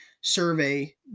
survey